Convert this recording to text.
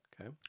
Okay